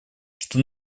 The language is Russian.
что